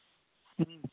اۭں